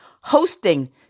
hosting